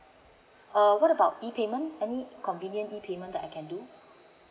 err what about E payment any conveniently E payment that I can do